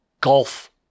golf